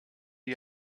die